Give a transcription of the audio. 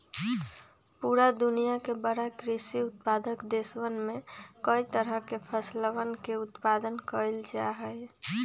पूरा दुनिया के बड़ा कृषि उत्पादक देशवन में कई तरह के फसलवन के उत्पादन कइल जाहई